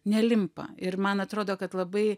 nelimpa ir man atrodo kad labai